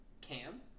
Cam